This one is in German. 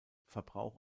verbrauch